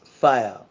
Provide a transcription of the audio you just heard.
fire